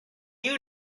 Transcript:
you